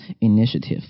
Initiative